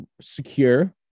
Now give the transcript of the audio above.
secure